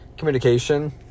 communication